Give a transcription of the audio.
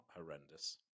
horrendous